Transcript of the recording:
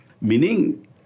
meaning